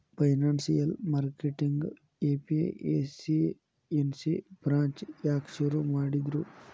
Financial marketing efficiency branch ಯಾಕ್ ಶುರು ಮಾಡಿದ್ರು?